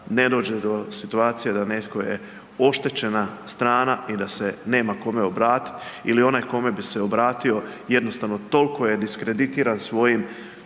ne dođe do situacije da netko je oštećena strana i da se nema kome obratiti ili onaj kome bi se obratio jednostavno toliko je diskreditiran svojim